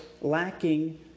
lacking